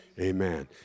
Amen